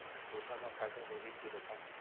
बुता म फायदा होही की रोपा म?